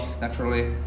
naturally